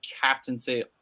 captaincy